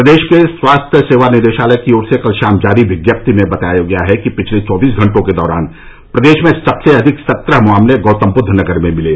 प्रदेश के स्वास्थ्य सेवा निदेशालय की ओर से कल शाम जारी विज्ञप्ति में बताया गया कि पिछले चौबीस घटों के दौरान प्रदेश में सबसे अधिक सत्रह मामले गौतमबुद्ध नगर में मिले